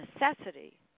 necessity